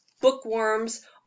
Bookworms